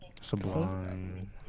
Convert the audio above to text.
Sublime